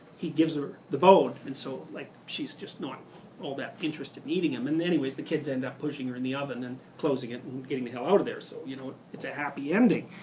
he gives her the bone and so like she's just not all that interested in eating him. anyway, the kids end up pushing her in the oven and closing it, and getting the hell out of there. so you know it's a happy ending,